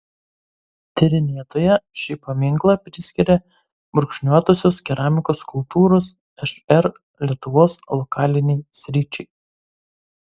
tyrinėtoja šį paminklą priskiria brūkšniuotosios keramikos kultūros šr lietuvos lokalinei sričiai